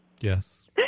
Yes